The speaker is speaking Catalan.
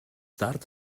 tard